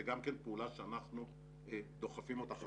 זו גם כן פעולה שאנחנו דוחפים אותה חזק.